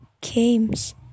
games